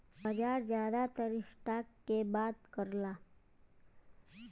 बाजार जादातर स्टॉक के बात करला